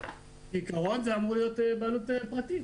בעיקרון זה אמור להיות בעלות פרטית.